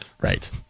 Right